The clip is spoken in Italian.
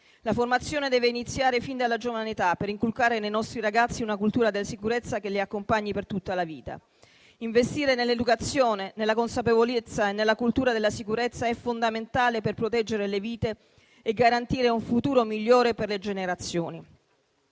La formazione deve iniziare fin dalla giovane età, per inculcare nei nostri ragazzi una cultura della sicurezza che li accompagni per tutta la vita. Investire nell'educazione, nella consapevolezza e nella cultura della sicurezza è fondamentale per proteggere le vite e garantire un futuro migliore per le generazioni.